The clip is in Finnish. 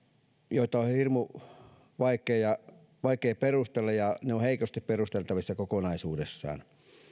joita on hirmu vaikea perustella ja jotka ovat heikosti perusteltavissa kokonaisuudessaan